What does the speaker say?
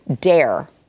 dare